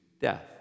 death